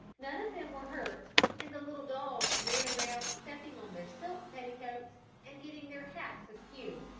none of them were hurt and the little dogs ran around stepping on their silk petticoats and getting their hats askew,